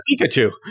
Pikachu